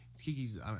Kiki's